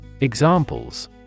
Examples